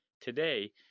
Today